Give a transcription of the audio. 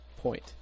point